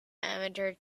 amateur